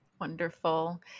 Wonderful